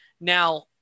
Now